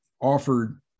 offered